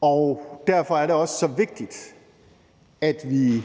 og derfor er det også så vigtigt, at vi